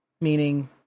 meaning